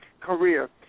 career